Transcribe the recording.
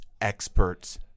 experts